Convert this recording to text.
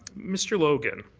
mr. logan,